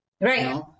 Right